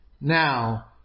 Now